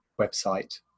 website